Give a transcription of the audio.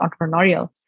entrepreneurial